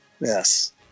Yes